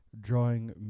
drawing